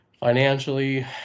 financially